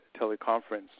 teleconference